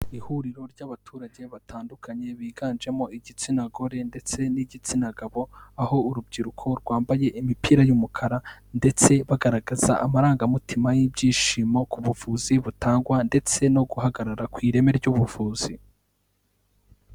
Ihuriro ry'abaturage batandukanye, biganjemo igitsina gore ndetse n'igitsina gabo aho urubyiruko rwambaye imipira y'umukara ndetse bagaragaza amarangamutima y'ibyishimo ku buvuzi butangwa ndetse no guhagarara kw'ireme ry'ubuvuzi.